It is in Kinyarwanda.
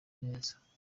neza